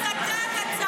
סיימת להסית --- תודה רבה.